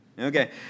Okay